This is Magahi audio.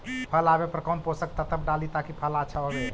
फल आबे पर कौन पोषक तत्ब डाली ताकि फल आछा होबे?